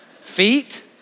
Feet